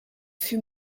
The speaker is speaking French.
fut